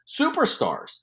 superstars